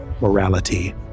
morality